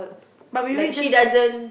but maybe just